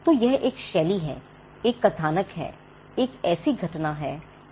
तो यह एक शैली है एक कथानक है एक ऐसी घटना होती है